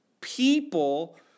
people